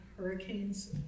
hurricanes